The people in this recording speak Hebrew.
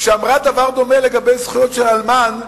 שאמרה דבר דומה לגבי זכויות של אלמן,